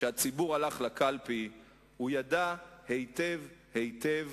אתם רואים שהציבור שהלך לקלפי ידע היטב היטב